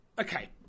Okay